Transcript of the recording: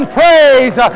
praise